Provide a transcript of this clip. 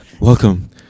welcome